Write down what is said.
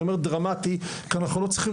אני אומר דרמטי כי אנחנו לא צריכים